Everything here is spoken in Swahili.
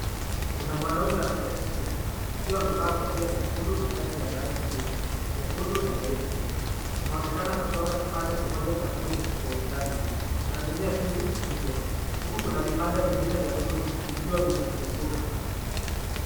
Kuna mwanaume ameketi chini akiwa amevaa kofia nyekundu na shati ya rangi mbili, nyekundu na nyeusi. Anaonekana akichonga kipande kimoja cha kuni kwa ustadi, anatumia kisu kikubwa huku kuna vipande vingine vya kuni vikiwa vimemzunguka.